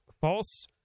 false